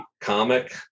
comic